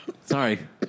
Sorry